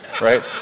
right